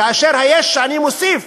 כאשר היש שאני מוסיף